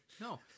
No